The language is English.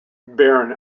baron